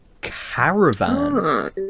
Caravan